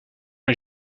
est